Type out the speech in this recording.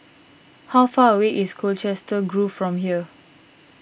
how far away is Colchester Grove from here